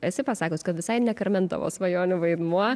esi pasakius kad visai ne karmen tavo svajonių vaidmuo